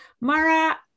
Mara